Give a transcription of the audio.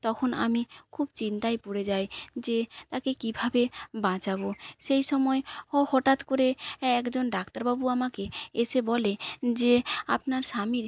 তখন আমি খুব চিন্তায় পড়ে যাই যে তাকে কীভাবে বাঁচাবো সেই সময় হটাৎ করে একজন ডাক্তারবাবু আমাকে এসে বলে যে আপনার স্বামীর